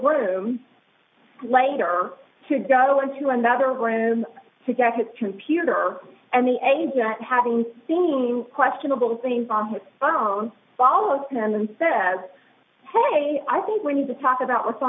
room later to go into another room to get his computer and the eggs that haven't seen questionable things on his phone follows them and said hey i think we need to talk about what's